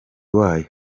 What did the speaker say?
wayo